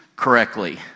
Correctly